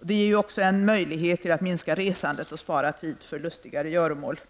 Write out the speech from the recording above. Det är också en möjlighet till att minska resandet och spara tid för lustigare göromål.